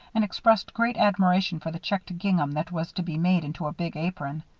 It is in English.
and expressed great admiration for the checked gingham that was to be made into a big apron.